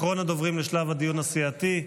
אחרון הדוברים בשלב הדיון הסיעתי,